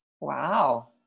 Wow